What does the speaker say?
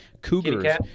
Cougars